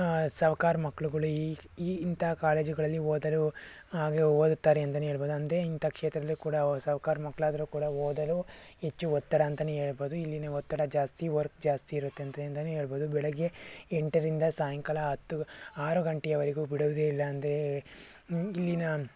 ಸಾಹುಕಾರ ಮಕ್ಕಳುಗಳು ಈ ಈ ಇಂಥ ಕಾಲೇಜುಗಳಲ್ಲಿ ಓದಲು ಹಾಗೆ ಓದುತ್ತಾರೆ ಅಂತಲೇ ಹೇಳ್ಬೋದು ಅಂದೆ ಇಂಥ ಕ್ಷೇತ್ರದಲ್ಲಿ ಕೂಡ ಸಾಹುಕಾರ ಮಕ್ಕಳಾದ್ರು ಕೂಡ ಓದಲು ಹೆಚ್ಚು ಒತ್ತಡ ಅಂತಲೇ ಹೇಳ್ಬೋದು ಇಲ್ಲಿನ ಒತ್ತಡ ಜಾಸ್ತಿ ವರ್ಕ್ ಜಾಸ್ತಿ ಇರುತ್ತೆ ಅಂತಲೇ ಹೇಳ್ಬೋದು ಬೆಳಗ್ಗೆ ಎಂಟರಿಂದ ಸಾಯಂಕಾಲ ಹತ್ತು ಆರು ಗಂಟೆಯವರೆಗು ಬಿಡುವುದಿಲ್ಲ ಎಂದು ಇಲ್ಲಿನ